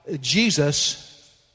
Jesus